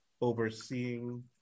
overseeing